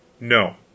No